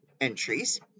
entries